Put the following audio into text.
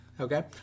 Okay